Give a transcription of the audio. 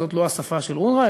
זאת לא השפה של אונר"א,